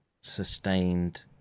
sustained